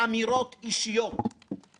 בכל שורה יש שֵם,